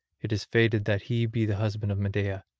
it is fated that he be the husband of medea,